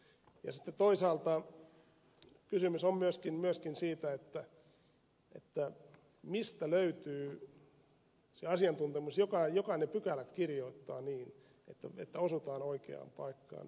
toisaalta kysymys on myöskin siitä mistä löytyy se asiantuntemus joka ne pykälät kirjoittaa niin että osutaan oikeaan paikkaan